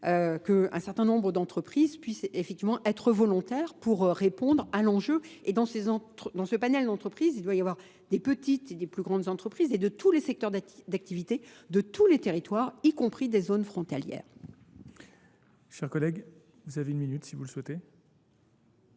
qu'un certain nombre d'entreprises puissent effectivement être volontaires pour répondre à l'enjeu. Et dans ce panel d'entreprises, il doit y avoir des petites et des plus grandes entreprises et de tous les secteurs d'activité, de tous les territoires, y compris des zones frontalières. Chers collègues, vous avez une minute si vous le souhaitez.